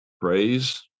Praise